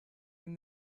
will